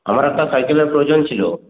আমার একটা সাইকেলের প্রয়োজন ছিলো